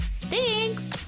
Thanks